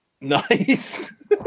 Nice